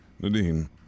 Nadine